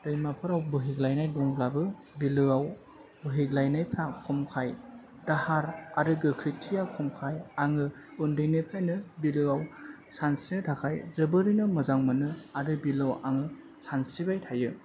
दैमाफोराव बोहैग्लायनाय दंबाबो बिलोआव बोहैग्लायनायफ्रा खमखाय दाहार आरो गोख्रैथिया खमखाय आङो उन्दै निफ्रायनो बिलोआव सानस्रिनो थाखाय जोबोरैनो मोजां मोनो आरो बिलोआव आङो सानस्रिबाय थायो